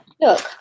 Look